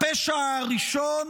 הפשע הראשון